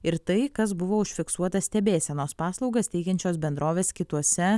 ir tai kas buvo užfiksuota stebėsenos paslaugas teikiančios bendrovės kituose